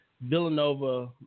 Villanova